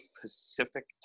pacific